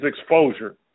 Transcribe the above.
exposure